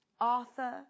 Arthur